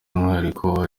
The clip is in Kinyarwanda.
w’ihuriro